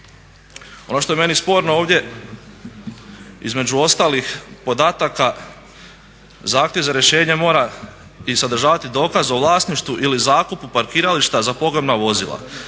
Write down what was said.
Ono što je meni sporno ovdje između ostalih podataka zahtjev za rješenjem mora i sadržavati dokaz o vlasništvu ili zakupu parkirališta za pogrebna vozila